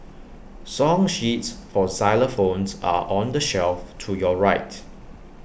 song sheets for xylophones are on the shelf to your right